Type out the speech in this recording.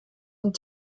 und